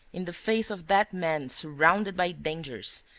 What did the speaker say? in the face of that man surrounded by dangers,